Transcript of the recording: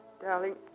Darling